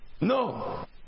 No